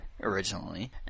originally